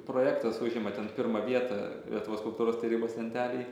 projektas užima ten pirmą vietą lietuvos kultūros tarybos lentelėj